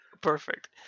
Perfect